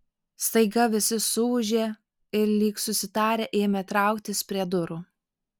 staiga visi suūžė ir lyg susitarę ėmė trauktis prie durų